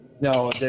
no